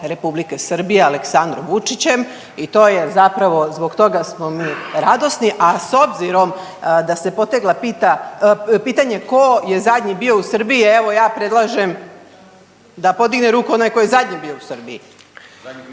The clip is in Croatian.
Republike Srbije Aleksandrom Vučićem i to je zapravo zbog toga smo mi radosni. A s obzirom da se poteglo pitanje tko je zadnji bio u Srbiji, evo ja predlažem da podigne ruku onaj tko je zadnji bio u Srbiji.